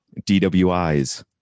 dwis